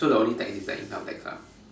so the only tax is like income tax ah